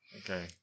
Okay